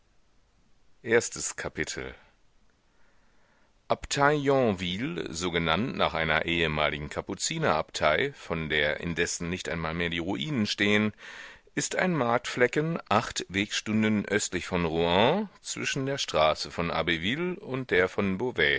erstes kapitel abtei yonville so genannt nach einer ehemaligen kapuzinerabtei von der indessen nicht einmal mehr die ruinen stehen ist ein marktflecken acht wegstunden östlich von rouen zwischen der straße von abbeville und der von